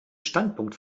standpunkt